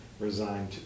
resigned